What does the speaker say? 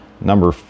number